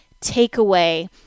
takeaway